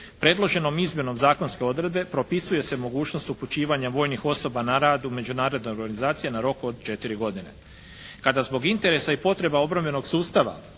Predloženom izmjenom zakonske odredbe propisuje se mogućnost upućivanja vojnih osoba na rad u međunarodne vojne organizacije na rok od 4 godine. Kada zbog interesa i potreba obrambenog sustava